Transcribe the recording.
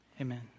amen